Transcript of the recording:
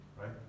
right